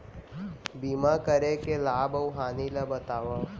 बीमा करे के लाभ अऊ हानि ला बतावव